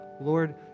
Lord